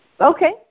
Okay